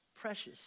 precious